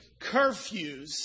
curfews